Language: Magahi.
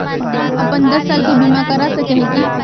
हम अपन दस साल के बीमा करा सके है की?